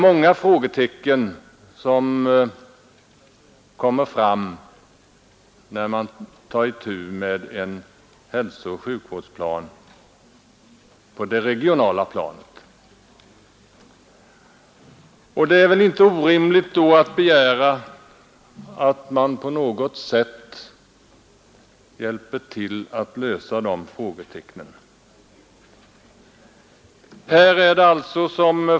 Många frågetecken reser sig, när man skall göra upp en lokal hälsooch sjukvårdsplan, och det är väl inte orimligt att begära hjälp på något sätt för att lösa problemen.